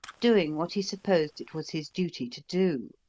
doing what he supposed it was his duty to do.